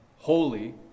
Holy